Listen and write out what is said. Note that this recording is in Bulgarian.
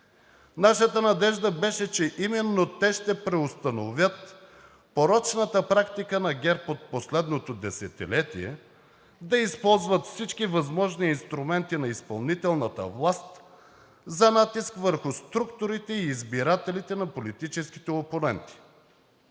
Нашата надежда беше, че именно те ще преустановят порочната практика на ГЕРБ от последното десетилетие – да използват всички възможни инструменти на изпълнителната власт за натиск върху структурите и избирателите на политическите опоненти.